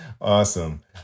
Awesome